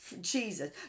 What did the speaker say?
Jesus